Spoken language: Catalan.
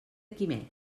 quimet